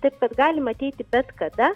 taip kad galima ateiti bet kada